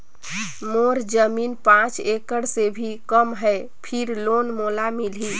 मोर जमीन पांच एकड़ से भी कम है फिर लोन मोला मिलही?